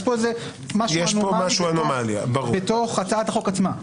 יש פה משהו אנומלי בתוך הצעת החוק עצמה.